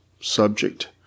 subject